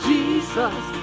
Jesus